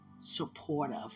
supportive